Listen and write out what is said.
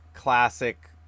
Classic